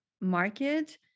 market